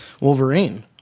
Wolverine